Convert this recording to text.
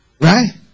Right